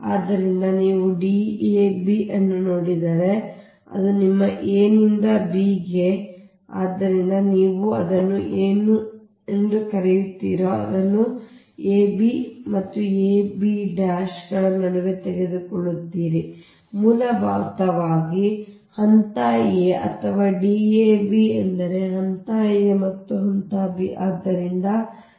ಆದ್ದರಿಂದ ನೀವು D ab ಅನ್ನು ನೋಡಿದರೆ ಅದು ನಿಮ್ಮ a ನಿಂದ b ಗೆ ಸರಿ ಆದ್ದರಿಂದ ನೀವು ಅದನ್ನು ನೀವು ಏನೆಂದು ಕರೆಯುತ್ತೀರೋ ಅದನ್ನು ನೀವು ಮೊದಲು ab ಮತ್ತು ab ಬಲಗಳ ನಡುವೆ ತೆಗೆದುಕೊಳ್ಳುತ್ತೀರಿ ಮೂಲಭೂತವಾಗಿ ಅದು ಹಂತ a ಅಥವಾ D ab ಎಂದರೆ ಹಂತ a ಮತ್ತು ಹಂತ ಬಿ